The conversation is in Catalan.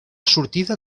sortida